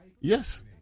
Yes